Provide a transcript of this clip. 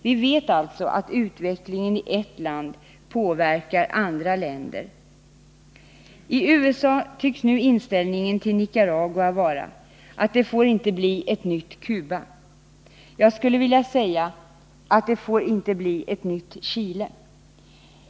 Vi vet alltså att utvecklingen i ert land påverkar andra länder. I USA tycks nu inställningen till Nicaragua vara att det inte får bli ”ett nytt Cuba”. Jag skulle vilja säga att det inte får bli ”ett nytt Chile”.